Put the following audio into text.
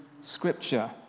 scripture